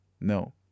No